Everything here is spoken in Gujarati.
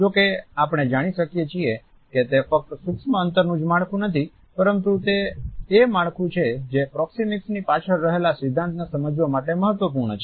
જો કે આપણે જાણી શકીએ છીએ કે તે ફક્ત સૂક્ષ્મ અંતરનું જ માળખુ નથી પરંતુ તે એ માળખું છે જે પ્રોક્સીમીક્સની પાછળ રહેલા સિદ્ધાંતને સમજવા માટે મહત્વપૂર્ણ છે